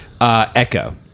Echo